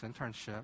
internship